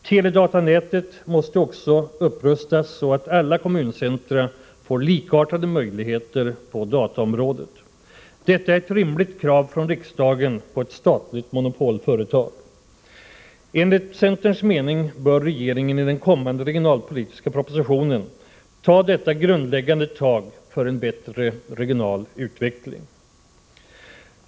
Teledatanätet måste också upprustas så att alla kommuncentra får likartade möjligheter på dataområdet. Detta är ett rimligt krav från riksdagen på ett statligt monopolföretag. Enligt centerns mening bör regeringen i den kommande regionalpolitiska propositionen ta detta grundläggande tag för en bättre regional utveckling.